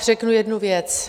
Řeknu jednu věc.